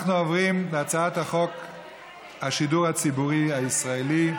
אנחנו עוברים להצעת חוק השידור הציבורי הישראלי,